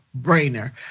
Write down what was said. brainer